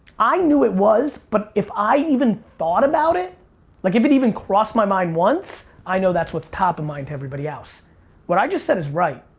i knew it was but if i even thought about it like if it even crossed my mind once, i know that's what's top of mind to everybody else what i just said is right